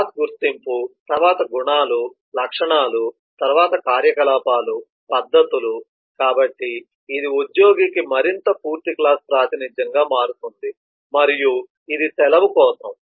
class గుర్తింపు తరువాత గుణాలు లక్షణాలు తరువాత కార్యకలాపాల పద్ధతులు కాబట్టి ఇది ఉద్యోగికి మరింత పూర్తి క్లాస్ ప్రాతినిధ్యంగా మారుతుంది మరియు ఇది సెలవు కోసం